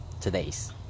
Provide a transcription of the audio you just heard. today's